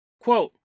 Quote